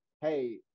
hey